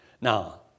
Now